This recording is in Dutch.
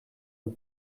het